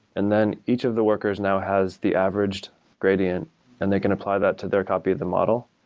and then each of the workers now has the averaged gradient and they can apply that to their copy of the model,